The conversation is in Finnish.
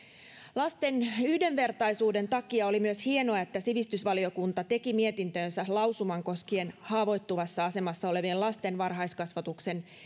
lasten yhdenvertaisuuden takia oli myös hienoa että sivistysvaliokunta teki mietintöönsä lausuman koskien haavoittuvassa asemassa olevien lasten varhaiskasvatuksen